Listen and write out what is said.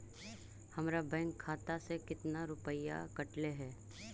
हमरा बैंक खाता से कतना रूपैया कटले है?